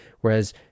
whereas